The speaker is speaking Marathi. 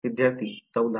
विद्यार्थीः 14